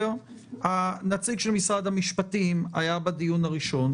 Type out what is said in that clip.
נציג משרד המשפטים היה בדיון הראשון.